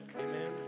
Amen